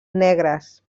negres